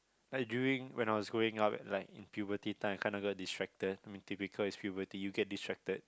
like during when I was growing up like in puberty time I kinda got distracted i mean typical is puberty you get distracted